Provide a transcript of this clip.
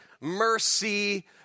mercy